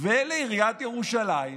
ולעיריית ירושלים